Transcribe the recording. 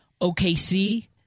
OKC